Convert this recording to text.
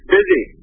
Busy